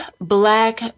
black